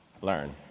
learn